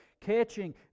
catching